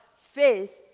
faith